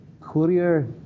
courier